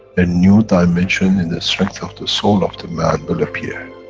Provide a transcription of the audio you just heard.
a new dimension in the strength of the soul of the man will appear,